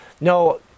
no